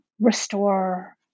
restore